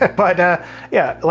and but yeah yeah,